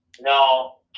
No